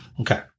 Okay